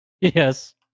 Yes